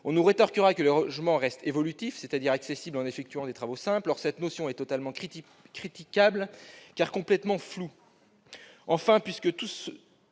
On nous rétorquera que le logement reste évolutif, c'est-à-dire accessible après la réalisation de travaux simples. Or cette notion est tout à fait critiquable, car complètement floue. Enfin, puisque c'est